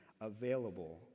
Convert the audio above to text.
available